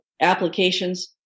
applications